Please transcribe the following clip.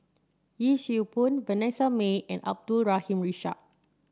Yee Siew Pun Vanessa Mae and Abdul Rahim Ishak